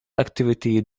activity